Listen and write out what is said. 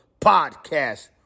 Podcast